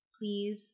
Please